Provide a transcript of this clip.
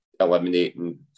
eliminating